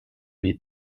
meet